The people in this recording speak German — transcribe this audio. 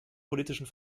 politischen